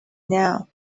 now